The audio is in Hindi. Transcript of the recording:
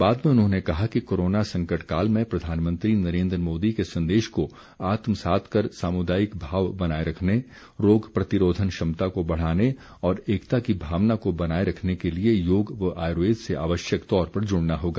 बाद में उन्होंने कहा कि कोरोना संकट काल में प्रधानमंत्री नरेन्द्र मोदी के संदेश को आत्मसात कर सामुदायिक भाव बनाए रखने रोग प्रतिरोधन क्षमता को बढ़ाने और एकता की भावना को बनाए रखने के लिए योग व आयुर्वेद से आवश्यक तौर पर जुड़ना होगा